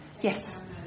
Yes